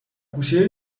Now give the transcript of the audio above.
گوشه